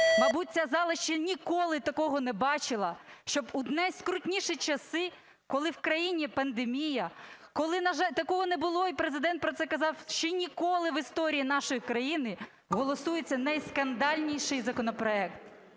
Мабуть, ця зала ще ніколи такого не бачила, щоб у найскрутніші часи, коли в країні пандемія, коли… такого не було, і Президент про це казав, ще ніколи в історії нашої країни – голосується найскандальніший законопроект!